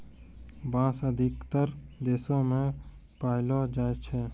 बांस अधिकतर देशो म पयलो जाय छै